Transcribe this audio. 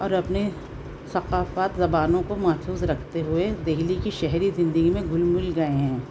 اور اپنے ثقافت زبانوں کو محفوظ رکھتے ہوئے دہلی کی شہری زندگی میں گھل مل گئے ہیں